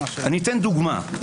אדגים.